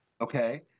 Okay